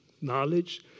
knowledge